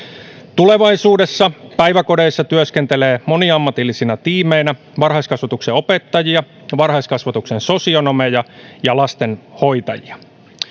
tulevaisuudessa päiväkodeissa työskentelee moniammatillisina tiimeinä varhaiskasvatuksen opettajia varhaiskasvatuksen sosionomeja ja varhaiskasvatuksen lastenhoitajia